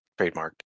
trademarked